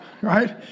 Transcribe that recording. Right